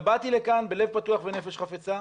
ובאתי לכאן בלב פתוח ונפש חפצה,